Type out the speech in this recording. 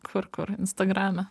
kur kur instagrame